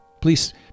please